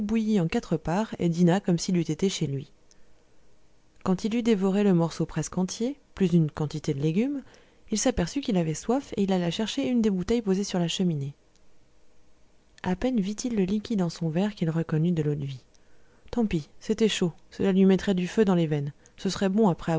en quatre parts et dîna comme s'il eût été chez lui quand il eut dévoré le morceau presque entier plus une quantité de légumes il s'aperçut qu'il avait soif et il alla chercher une des bouteilles posées sur la cheminée a peine vit-il le liquide en son verre qu'il reconnut de l'eau-de-vie tant pis c'était chaud cela lui mettrait du feu dans les veines ce serait bon après